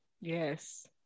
Yes